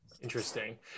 Interesting